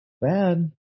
Bad